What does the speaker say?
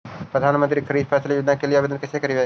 प्रधानमंत्री खारिफ फ़सल योजना के लिए आवेदन कैसे करबइ?